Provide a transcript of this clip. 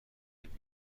بیرون